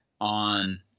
on